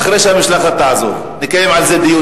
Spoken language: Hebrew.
אחרי שהמשלחת תעזוב נקיים על זה דיון,